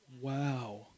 Wow